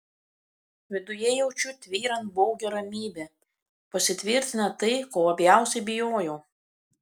viduje jaučiu tvyrant baugią ramybę pasitvirtina tai ko labiausiai bijojau